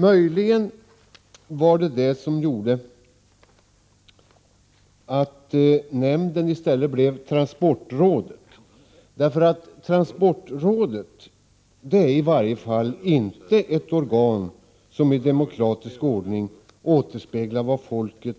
Möjligen var detta en av anledningarna till att namnet i stället blev transportrådet. Transportrådet är i varje fall inte ett organ som i demokratisk ordning återspeglar vad folket